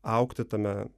augti tame